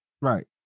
Right